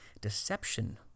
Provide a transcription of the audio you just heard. Deception